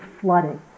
flooding